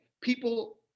People